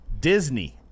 Disney